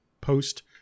post